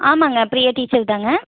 ஆமாங்க பிரியா டீச்சர் தாங்க